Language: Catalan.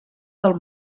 del